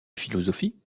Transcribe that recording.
philosophie